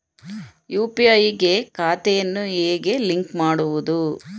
UPI ಗೆ ಖಾತೆಯನ್ನು ಹೇಗೆ ಲಿಂಕ್ ಮಾಡುವುದು?